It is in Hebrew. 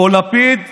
או לפיד,